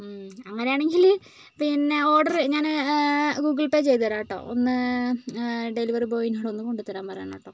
അങ്ങനെയാണെങ്കിൽ പിന്നെ ഓർഡർ പിന്നെ ഞാൻ ഗൂഗിൾ പേ ചെയ്തു തരാം കെട്ടോ ഒന്ന് ഡെലിവറി ബോയിയോട് ഒന്ന് കൊണ്ടുതരാൻ പറയണം കെട്ടോ